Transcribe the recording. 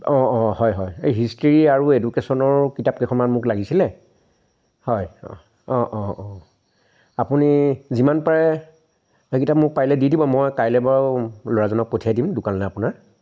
অ' অ' হয় হয় এই হিষ্ট্ৰী আৰু এডুকেশ্যনৰ কিতাপকেইখনমান মোক লাগিছিলে হয় অ' অ' অ' আপুনি যিমান পাৰে সেইকেইটা মোক পাৰিলে দি দিব মই কাইলৈ বাৰু ল'ৰাজনক পঠিয়াই দিম দোকানলৈ আপোনাৰ